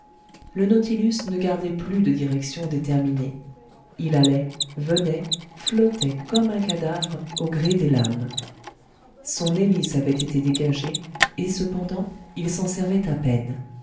le nautilus ne gardait plus de direction déterminée il allait venait flottait comme un cadavre au gré des lames son hélice avait été dégagée et cependant il s'en servait à peine